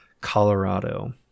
Colorado